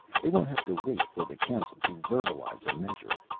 they won't have to wait for the council to verbalize a measure.